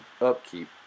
upkeep